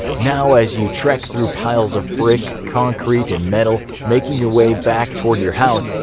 now, as you trek through piles of bricks, concrete, and metal, making your way back toward your house,